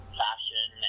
fashion